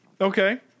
Okay